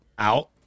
Out